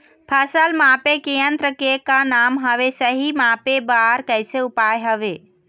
फसल मापे के यन्त्र के का नाम हवे, सही मापे बार कैसे उपाय हवे?